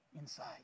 inside